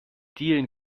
dielen